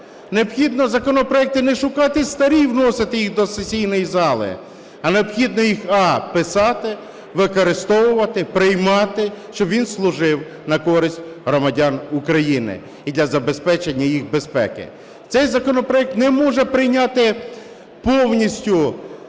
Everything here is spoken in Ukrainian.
Необхідно законопроекти не шукати старі, вносити їх до сесійної зали, а необхідно їх: а)писати, використовувати, приймати, щоб він служив на користь громадян України і для забезпечення їх безпеки. Цей законопроект не може прийняти повністю